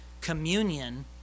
communion